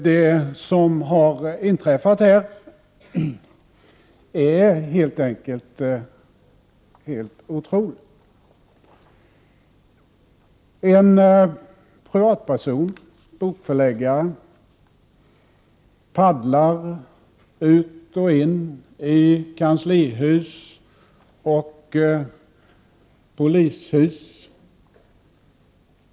Det som har inträffat är helt otroligt. En privatperson, en bokförläggare, paddlar ut och in i kanslihus och polishus.